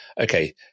okay